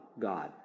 God